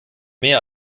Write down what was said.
mehr